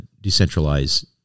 decentralized